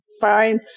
Fine